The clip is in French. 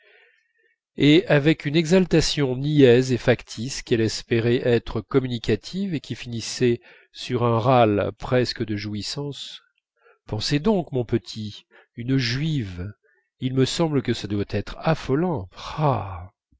et avec une exaltation niaise et factice qu'elle espérait être communicative et qui finissait sur un râle presque de jouissance pensez donc mon petit une juive il me semble que ça doit être affolant rah